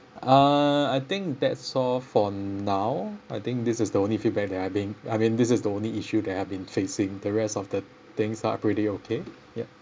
uh I think that's all for now I think this is the only feedback that I being I mean this is the only issue that I've been facing the rest of the things are pretty okay ya